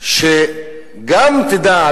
שגם תדע,